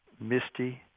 misty